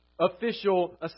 official